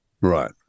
Right